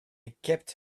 kept